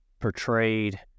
portrayed